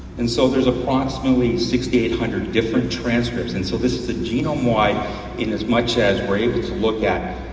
and so there's approximately six thousand eight hundred different transcripts and so this is the genome-wide in as much as we're able to look at.